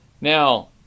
Now